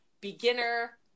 beginner